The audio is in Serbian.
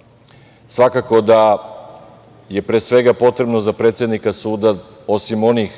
sudova. Svakako da je, pre svega, potrebno za predsednika suda, osim ovih